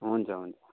हुन्छ हुन्छ